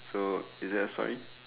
so is that a story